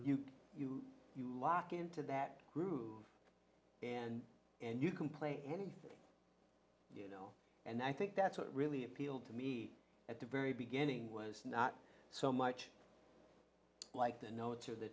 and you you lock into that groove and and you can play anything else and i think that's what really appealed to me at the very beginning was not so much like the notes or the